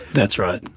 that's right.